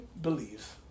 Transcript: believes